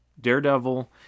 Daredevil